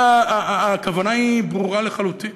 והכוונה היא ברורה לחלוטין.